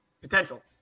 potential